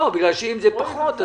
ברור?